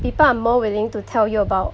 people are more willing to tell you about